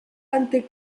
ante